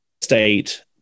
state